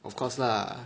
of course lah